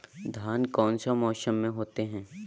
धान कौन सा मौसम में होते है?